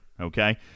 Okay